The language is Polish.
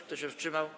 Kto się wstrzymał?